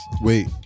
Wait